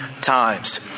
times